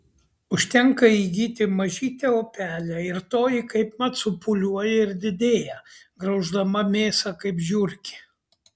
užtenka įgyti mažytį opelę ir toji kaipmat supūliuoja ir didėja grauždama mėsą kaip žiurkė